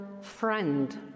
friend